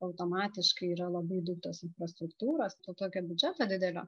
automatiškai yra labai daug tos infrastruktūros to tokio biudžeto didelio